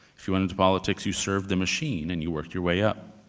if you went into politics, you served the machine, and you worked your way up.